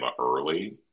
early